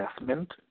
investment